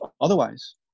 Otherwise